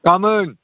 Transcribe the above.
गाबोन